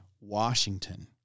Washington